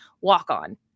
walk-on